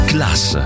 Class